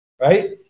right